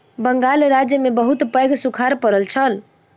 बंगाल राज्य में बहुत पैघ सूखाड़ पड़ल छल